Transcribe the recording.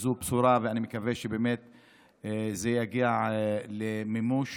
ואני מקווה שזה יגיע למימוש